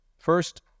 First